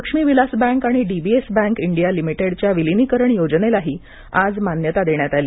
Lakshmi Vilas bank आणि DBS bank India लिमिटेडच्या विलिनीकरण योजनेलाही आज मान्यता देण्यात आली